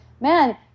man